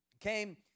came